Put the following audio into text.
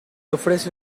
ofrece